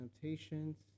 Temptations